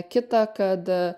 kitą kad